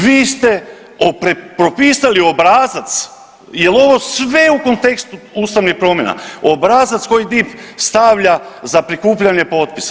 Vi ste propisali obrazac, je li ovo sve u kontekstu ustavnih promjena, obrazac koji DIP stavlja za prikupljanje potpisa.